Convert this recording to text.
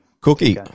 Cookie